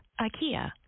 IKEA